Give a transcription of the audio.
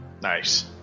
nice